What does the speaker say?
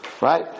Right